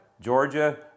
Georgia